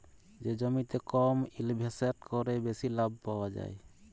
যে জমিতে কম ইলভেসেট ক্যরে বেশি লাভ পাউয়া যায়